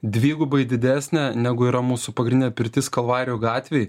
dvigubai didesnė negu yra mūsų pagrindinė pirtis kalvarijų gatvėj